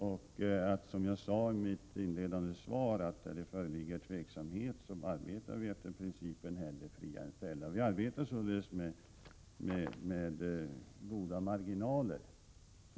När det föreligger tveksamhet arbetar vi, som jag sade i mitt inledande svar, efter principen hellre fria än fälla. Enligt vår bedömning arbetar vi således med goda marginaler.